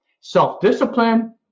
self-discipline